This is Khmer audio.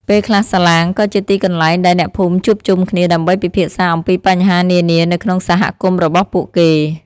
ពេលខ្លះសាឡាងក៏ជាទីកន្លែងដែលអ្នកភូមិជួបជុំគ្នាដើម្បីពិភាក្សាអំពីបញ្ហានានានៅក្នុងសហគមន៍របស់ពួកគេ។